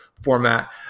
format